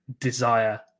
desire